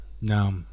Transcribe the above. No